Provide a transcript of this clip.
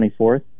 24th